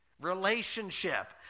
Relationship